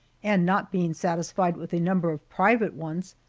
and not being satisfied with a number of private ones,